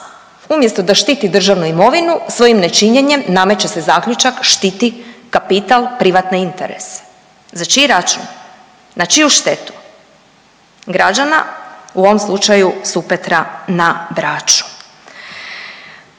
umjesto da štiti državnu imovinu svojim nečinjenjem nameće se zaključak štiti kapital privatne interese. Za čiji račun? Na čiju štetu? Građana u ovom slučaju Supetra na Braču.